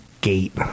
gate